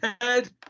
head